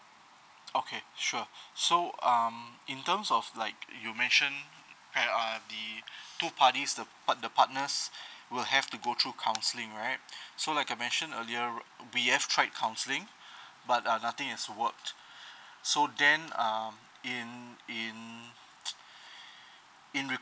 okay sure so um in terms of like you mentioned at uh the two parties the part~ the partners will have to go to counselling right so like I mention earlier we have tried counselling but uh nothing is work so then um in in in